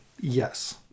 Yes